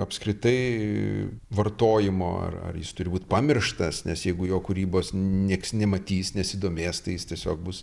apskritai vartojimo ar ar jis turi būt pamirštas nes jeigu jo kūrybos nieks nematys nesidomės tai jis tiesiog bus